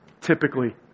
typically